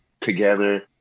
together